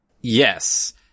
Yes